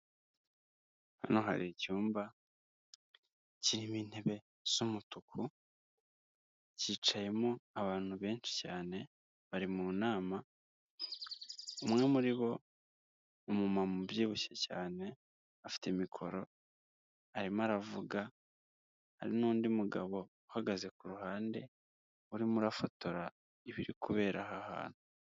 Hano hari icyumba kirimo intebe z'umutuku cyicayemo abantu benshi cyane bari mu nama, umwe muri bo ni umu mama ubyibushye cyane afite mikoro arimo aravuga hari n'undi mugabo uhagaze kuru ruhande urimo afotora ibiri kubera aha hantu.